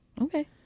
Okay